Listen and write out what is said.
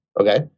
Okay